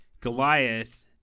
Goliath